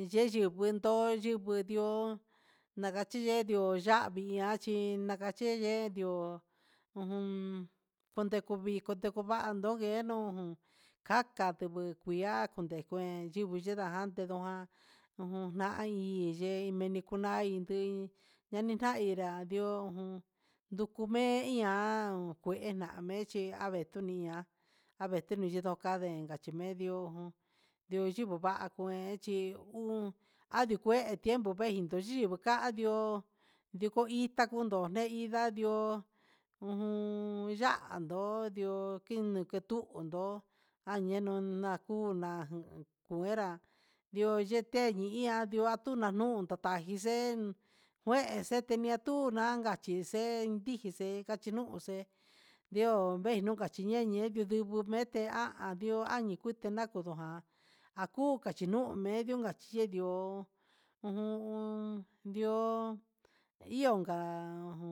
Inyeyi nguendo yunguu di'ó nakachinde ndi'ó yavii nga chí nakache yeyo'o ujun kundekuvii, kundekuvando ndo ngueno ngun kaka kundi nguihá, ndekuen yivii nandantedó há ujun na'í, yee meni kain niñui ndanina nrió un ndukume'e ña'a kuena mé'e, chí andutuni ihá avetu ndokanden ngachimen mé ndi'ó ndi'ó yukuva nguen chí andi kuu tiempo venjinngu chikun kuadió, ndukuinda ñendio ñuu indá, andió ujun yandó, ndió inen chitun no'o ñenun nakuu na'a, nguera yo'o yete ñi'i ña nunan nun yata hí xan kexe mian tuu, nakan nixen indije kaxiniuxé ndeo vee kachi neñe'e, chudubu veete ha'a ndio anngute nakundu há, akuu kachi nuu medio kachí yeedió ujun ndi'ó inonka ho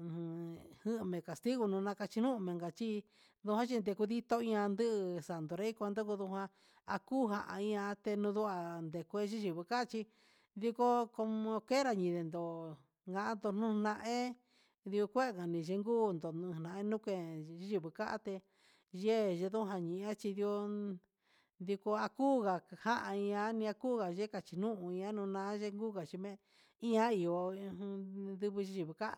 ujun njume castigo nuu nunkachinuu inga chí oyen ndikondito ña'a nduu xatunré kuando noja'a akujaña teno'o ndua kue yiyi nokachí, iko como quiera inyindó, ndandu nuna hé ndiun kuani kinduu nduna enyuke yibuu katé yee nojania chindió, ndiko akuga jan ña'a akuu ndekachuya nuná ndian nduchí me'e ihá yo'o eun yuku yivii ka'a.